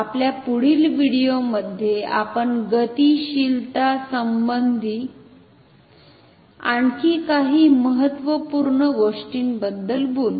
आपल्या पुढील व्हिडिओमध्ये आपण गतिशीलता संबंधित आणखी काही महत्त्वपूर्ण गोष्टींबद्दल बोलू